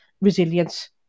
resilience